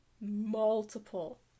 multiple